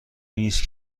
نیست